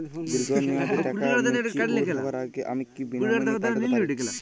দীর্ঘ মেয়াদি টাকা ম্যাচিউর হবার আগে আমি কি নমিনি পাল্টা তে পারি?